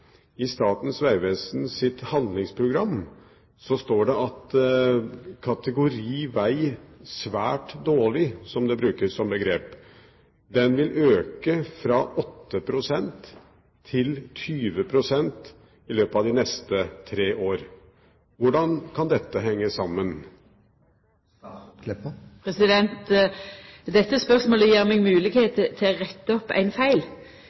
I Statens vegvesens handlingsprogram står det under kategorien veg: svært dårlig – som brukes som begrep. Den vil øke fra 8 pst. til 20 pst. i løpet av de neste tre årene. Hvordan kan dette henge sammen? Dette spørsmålet gjev meg høve til å retta opp ein feil